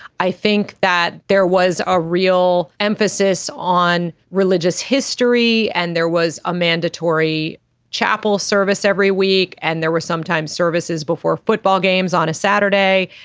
i think that there was a real emphasis on religious history and there was a mandatory chapel service every week and there were sometimes services before football games on a saturday.